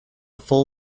full